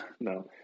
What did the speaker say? No